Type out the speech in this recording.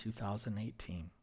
2018